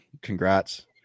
Congrats